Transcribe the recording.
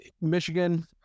Michigan